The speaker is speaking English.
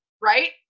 right